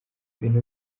ibintu